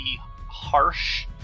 harsh